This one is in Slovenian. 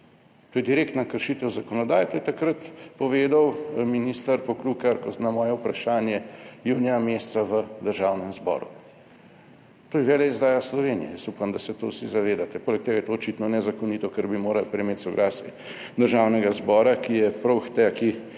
To je direktna kršitev zakonodaje, to je takrat povedal minister Poklukar na moje vprašanje junija meseca v Državnem zboru. To je veleizdaja Slovenije. Jaz upam, da se to vsi zavedate. Poleg tega je to očitno nezakonito, ker bi morali prej imeti soglasje Državnega zbora, ki je prav k taki